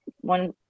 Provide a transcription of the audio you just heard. one